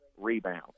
rebound